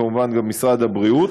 וכמובן גם משרד הבריאות.